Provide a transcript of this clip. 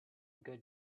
good